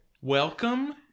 Welcome